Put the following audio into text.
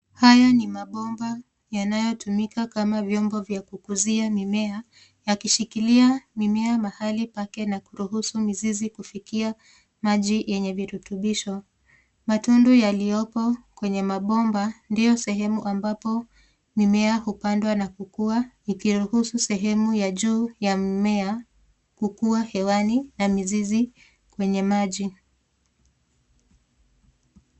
Hayo ni mabomba yanayotumika kama vyombo vya kukuzia mimea, yakishikilia mimea mahali pake na kuruhusu mizizi kufikia maji yenye virutubisho. Matundu yaliyopo kwenye mabomba ndio sehemu ambapo mimea hupandwa na kukua ikiruhusu sehemu ya juu ya mimea kukuwa hewani na mizizi kwenye maji.